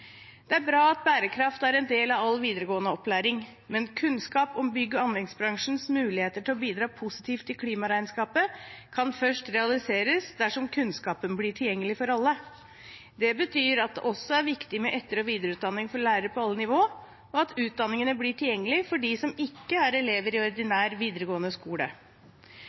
Det er bra at bærekraft er en del av all videregående opplæring, men kunnskap om bygg- og anleggsbransjens muligheter til å bidra positivt i klimaregnskapet kan først realiseres dersom kunnskapen blir tilgjengelig for alle. Det betyr at det også er viktig med etter- og videreutdanning for lærere på alle nivåer, og at utdanningene blir tilgjengelige for dem som ikke er elever i ordinær videregående skole.